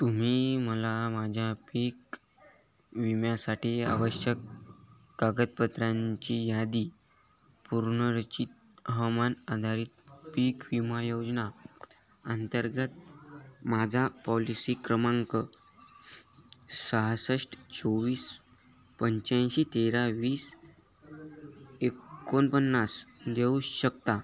तुम्ही मला माझ्या पीक विम्यासाठी आवश्यक कागदपत्रांची यादी पूर्णरचित हवामान आधारित पीक विमा योजना अंतर्गत माझा पॉलिसी क्रमांक सहासष्ट चोवीस पंच्याऐंशी तेरा वीस एकोणपन्नास देऊ शकता